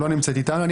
לא נמצאת איתנו.